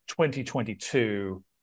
2022